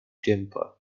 gimpo